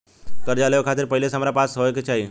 कर्जा लेवे खातिर पहिले से हमरा पास का होए के चाही?